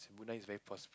Brunei is very prosp~